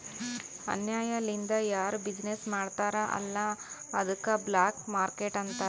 ಅನ್ಯಾಯ ಲಿಂದ್ ಯಾರು ಬಿಸಿನ್ನೆಸ್ ಮಾಡ್ತಾರ್ ಅಲ್ಲ ಅದ್ದುಕ ಬ್ಲ್ಯಾಕ್ ಮಾರ್ಕೇಟ್ ಅಂತಾರ್